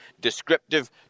descriptive